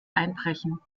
einbrechen